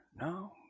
No